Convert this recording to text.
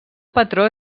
patró